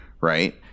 right